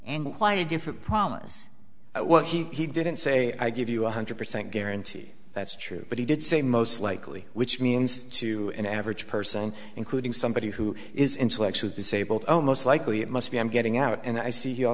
and quite a different promise what he didn't say i give you one hundred percent guarantee that's true but he did say most likely which means to an average person including somebody who is intellectually disabled oh most likely it must be i'm getting out and i see